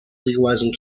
legalizing